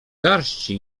garści